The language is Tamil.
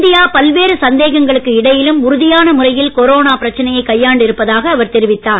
இந்தியா பல்வேறு சந்தேகங்களுக்கு இடையிலும் உறுதியான முறையில் கொரோனா பிரச்சனையை கையாண்டு இருப்பதாக அவர் தெரிவித்தார்